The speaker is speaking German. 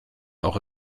auch